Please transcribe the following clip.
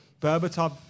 Berbatov